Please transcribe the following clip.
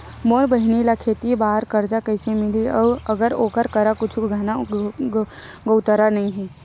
मोर बहिनी ला खेती बार कर्जा कइसे मिलहि, अगर ओकर करा कुछु गहना गउतरा नइ हे?